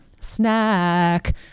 Snack